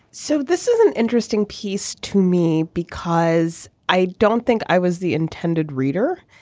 so this is an interesting piece to me because i don't think i was the intended reader.